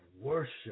worship